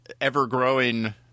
ever-growing